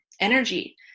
energy